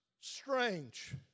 strange